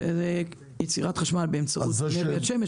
זאת יצירת חשמל באמצעות אנרגיית שמש,